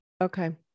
okay